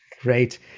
Great